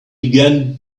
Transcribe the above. began